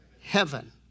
Heaven